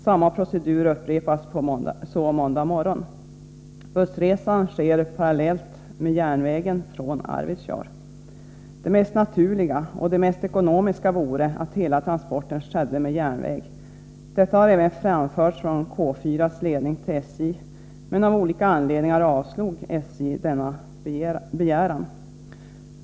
Samma procedur upprepas så måndag morgon. Bussresan sker parallellt med järnvägen från Arvidsjaur. Det mest naturliga och det mest ekonomiska vore att hela transporten skedde med järnväg. Detta har även framförts från K 4:s ledning till SJ, men av olika anledningar har SJ avslagit denna begäran.